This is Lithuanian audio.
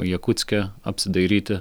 jakutske apsidairyti